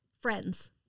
friends